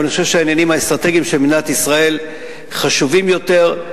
אבל אני חושב שהעניינים האסטרטגיים של מדינת ישראל חשובים יותר,